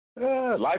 Life